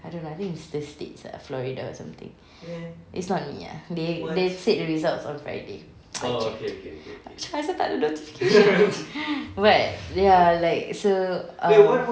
I don't know I think it's the states ah florida or something it's not me ah they they said the results on friday I checked tak ada notification ya but ya like so um